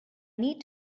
need